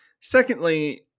Secondly